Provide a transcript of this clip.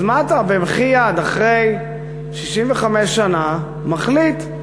אז מה אתה, במחי יד, אחרי 65 שנה, מחליט,